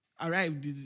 Arrived